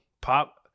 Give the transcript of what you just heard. Pop